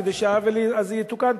כדי שהעוול הזה יתוקן,